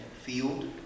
field